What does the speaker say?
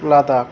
Ladakh